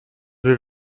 did